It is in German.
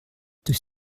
durch